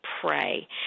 pray